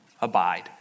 abide